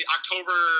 October